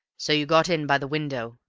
so you got in by the window?